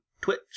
Twitch